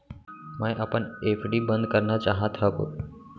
मै अपन एफ.डी बंद करना चाहात हव